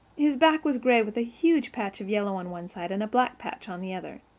his back was gray with a huge patch of yellow on one side and a black patch on the other.